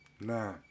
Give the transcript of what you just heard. Nah